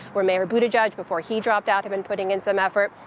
where mayor buttigieg, before he dropped out, had been putting in some effort,